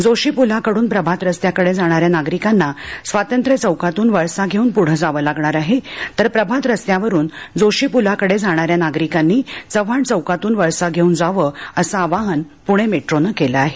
जोशी प्लाकड्रन प्रभात रस्त्याकडे जाणाऱ्या नागरिकांना स्वातंत्र्य चौकातून वळसा घेऊन पुढे जावं लागणार आहे तर प्रभात रस्त्यावरून जोशी पुलाकड़े जाणाऱ्या नागरिकांनी चव्हाण चौकातून वळसा घेऊन जावं असं आवाहन पुणे मेट्रोनं केलं आहे